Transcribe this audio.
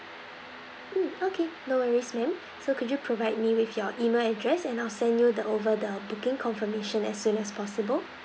mm okay no worries ma'am so could you provide me with your email address and I'll send you the over the booking confirmation as soon as possible